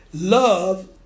Love